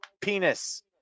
penis